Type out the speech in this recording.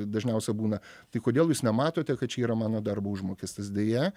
dažniausia būna tai kodėl jūs nematote kad čia yra mano darbo užmokestis deja